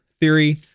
theory